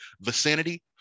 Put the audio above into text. vicinity